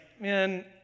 man